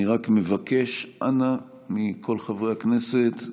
אני רק מבקש, אנא, מכל חברי הכנסת,